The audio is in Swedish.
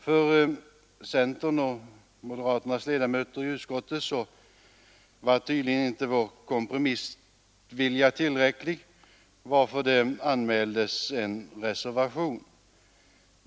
För centerns och moderaternas ledamöter i utskottet var tydligen inte vår kompromissvilja tillräcklig, varför det anmäldes en reservation.